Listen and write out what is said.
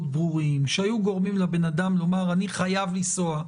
ברורים שהיו גורמים לבן-אדם לומר: אני חייב לנסוע,